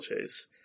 chase